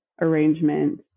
arrangement